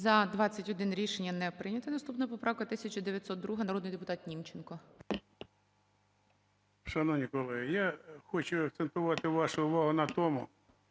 За-21 Рішення не прийнято. Наступна поправка 1902. Народний депутат Німченко.